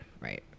right